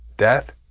Death